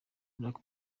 barack